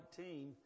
19